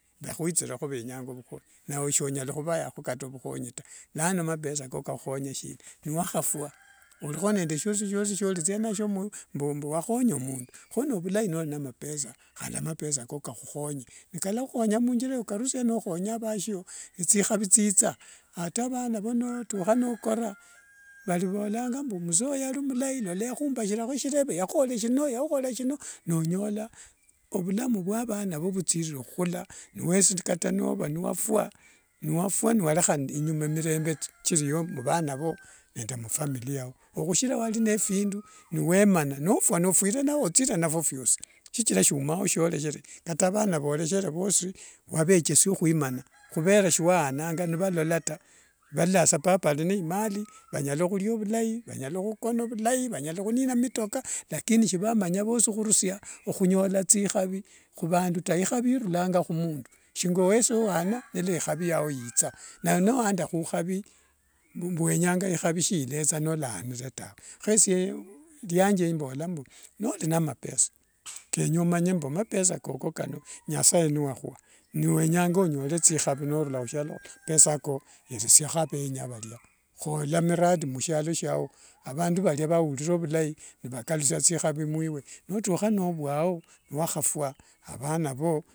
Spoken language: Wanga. Vahwithire venyanga phukhonyi nawe sonyala khuvayaho mukhonyi taa. Lano mapesa koo kakhuhonya shina niwafwa olikho, nende shioshi shioshi shiolithia nasio mbu wakhonya mundu. Kho nivulai nolikho nende mapesa handi mapesa ako kahukhonye. Kakhuhonya munthira yokarudia no khonya avandu nethikhavi thitha atavanavo notukha nokora vhaliphokanga mbu mzee oyo yali mulai lola yarumbakhirakho ishireve yaruhorera shino yaruhorera shino. Nonyola ovulamu vya vanavo nivuthirira okhukula na ata wedi niwali niwafwa, niwafwa walekha inyuma milemba mbu vana voo nende mfamilia yao. Okhushira mbu wali nende phindu newemana. Nofwa nofwire nao othire nafyo vyosi. Shichira shiumao shiolekhere kata vana vo leshere wavekesia hwimana okhuvera shiuawananga nivalola tawe. Valololanga sa papa ali nee imali vanyala khulia vilai, vanyala khukona vilai, vanyala khunina mitoka lakini shivamanya vosi okhurusia okhunyola thikhavi khuvandu taa. Ikhavi iruranga khumundu, shingawesi wana nilu ikhave yao iithaa na niwanda khukhavi mbu wenyanga ikhavi shiletha niwayanire tawe. Khesie lianje mbola mbu nova noli nende mapesa, kenye omanye mbu mapesa koko kano nyasaye niwahwa niwenyanga onyole thikhavi norura khusialo khuno, mapesa ako yeresiaho avenya varia. Khorera miradi mushialo shiawo avandu valia vaulira vhulai nivakalusia thikhavi mwiwe. Notukha novhwao niwakhafwa avana voo.